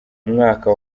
umwaka